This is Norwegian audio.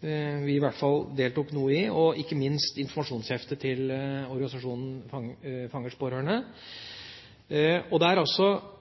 vi i hvert fall deltok noe i, og, ikke minst, informasjonsheftet til foreningen For Fangers Pårørende. Vi har sett at det er